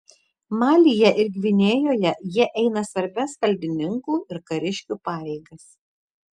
malyje ir gvinėjoje jie eina svarbias valdininkų ir kariškių pareigas